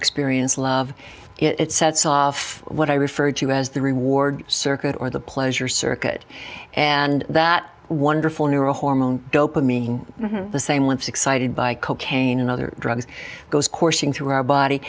experience love it sets off what i refer to as the reward circuit or the pleasure circuit and that wonderful neural hormone dopamine the same lips excited by cocaine and other drugs goes coursing through our body